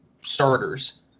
starters